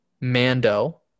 Mando